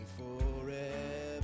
forever